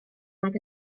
nag